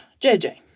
JJ